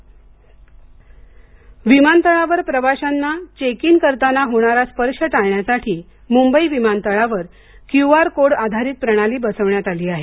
मंबई विमानतळ Q R code विमानतळावर प्रवाशांना चेक इन करताना होणारा स्पर्श टाळण्यासाठी मुंबई विमानतळावर क्यू आर कोड आधारित प्रणाली बसवण्यात आली आहे